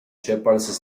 shepherds